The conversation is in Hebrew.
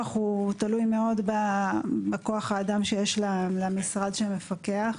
תלוי מאד בכוח האדם שיש למשרד שמפקח.